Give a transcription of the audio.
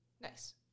Nice